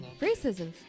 racism